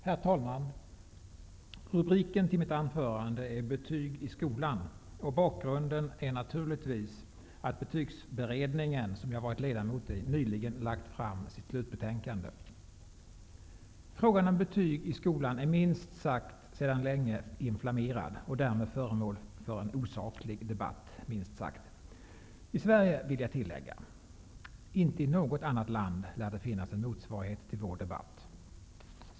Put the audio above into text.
Herr talman! Rubriken till mitt anförande är Betyg i skolan, och bakgrunden är naturligtvis att Betygsberedningen, som jag varit ledamot i, nyligen lagt fram sitt slutbetänkande. Frågan om betyg i skolan är sedan länge inflammerad och därmed föremål för en minst sagt osaklig debatt - i Sverige, vill jag tillägga. Inte i något annat land lär det finnas en motsvarighet till vår debatt.